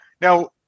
now